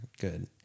good